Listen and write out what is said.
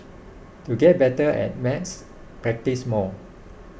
to get better at maths practise more